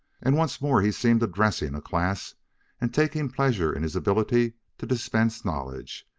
and once more he seemed addressing a class and taking pleasure in his ability to dispense knowledge.